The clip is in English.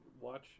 watch